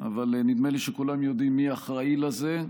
אבל נדמה שכולם יודעים מי אחראי לזה,